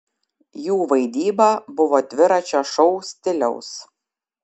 jų vaidyba buvo dviračio šou stiliaus